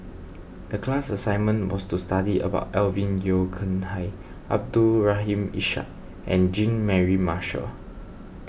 the class assignment was to study about Alvin Yeo Khirn Hai Abdul Rahim Ishak and Jean Mary Marshall